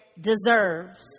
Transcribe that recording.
Deserves